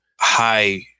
high